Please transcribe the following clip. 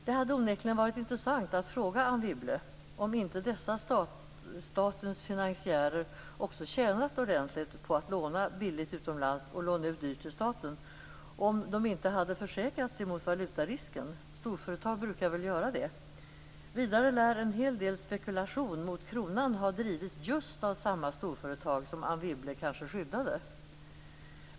Det hade onekligen varit intressant att fråga Anne Wibble om inte dessa statens finansiärer också tjänat ordentligt på att låna billigt utomlands och låna ut dyrt till staten om de inte hade försäkrat sig mot valutarisken. Storföretag brukar väl göra det. Vidare lär en hel del spekulation mot kronan ha drivits just av samma storföretag som Anne Wibble kanske skyddade.